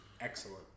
excellent